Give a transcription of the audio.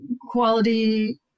quality